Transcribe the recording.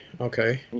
okay